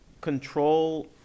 control